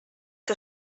que